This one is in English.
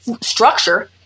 structure